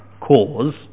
cause